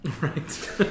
Right